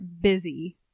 busy